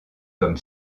comme